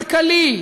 כלכלי,